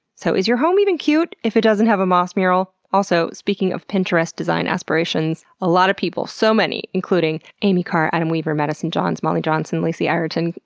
so is your home even cute if it doesn't have a moss mural? speaking of pinterest design aspirations, a lot of people, so many, including, amy carr, adam weaver, madison johns, molly johnson, lacey ireton,